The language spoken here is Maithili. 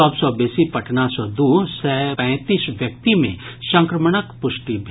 सभ सॅ बेसी पटना सॅ दू सय पैंतीस व्यक्ति मे संक्रमणक पुष्टि भेल